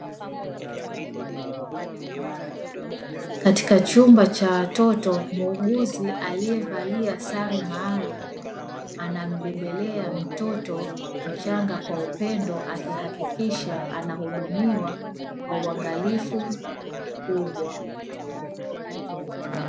Katika chumba cha watoto ,muuguzi aliyevalia sare maalum anambebelea mtoto mchanga kwa upendo akihakikisha anahudumiwa kwa uangalifu mkubwa.